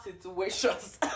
situations